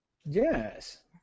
Yes